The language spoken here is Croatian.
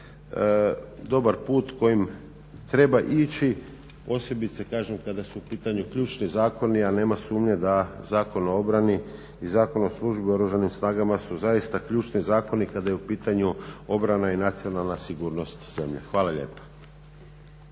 dobar put kojim treba ići posebice kažem kada su u pitanju ključni zakoni, a nema sumnje da Zakon o obrani i Zakon o službi u Oružanim snagama su zaista ključni zakoni kada je u pitanju obrana i nacionalna sigurnost zemlje. Hvala lijepa.